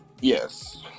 yes